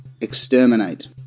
exterminate